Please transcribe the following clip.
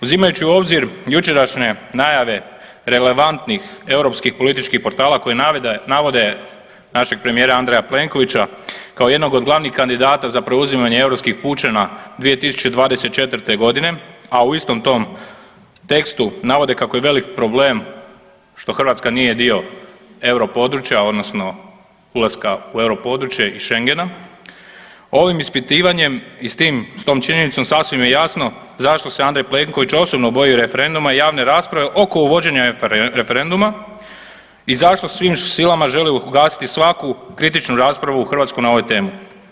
Uzimajući u obzir jučerašnje najave relevantnih europskih političkih portala koji navode našeg premijera Andreja Plenkovića kao jednog od glavnih kandidata za preuzimanje europskih pučana 2024.g., a u istom tom tekstu navode kako je velik problem što Hrvatska nije dio euro područja odnosno ulaska u euro područje i šengena, ovim ispitivanjem i s tom činjenicom sasvim je jasno zašto se Andrej Plenković osobno boji referenduma i javne rasprave oko uvođenja referenduma i zašto svim silama želi ugasiti svaku kritičnu raspravu u Hrvatskoj na ovu temu.